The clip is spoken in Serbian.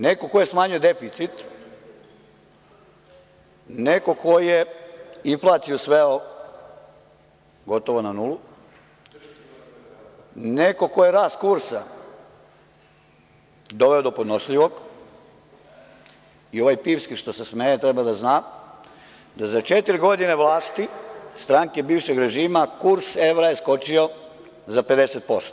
Neko ko je smanjio deficit, neko ko je inflaciju sveo gotovo na nulu, neko ko je rast kursa doveo do podnošljivog, i ovaj pivski što se smeje treba da zna da za četiri godine vlasti stranke bivšeg režima kurs evra je skočio za 50%